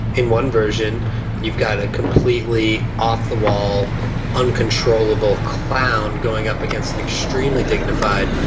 in one version you've got a completely off-the-wall, uncontrollable clown going up against an extremely dignified,